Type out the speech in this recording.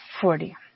forty